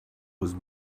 was